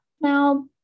Now